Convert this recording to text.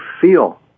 feel